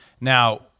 Now